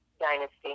dynasty